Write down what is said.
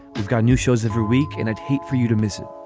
we've got new shows every week and i'd hate for you to miss it